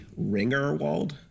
Ringerwald